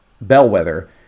Bellwether